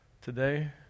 today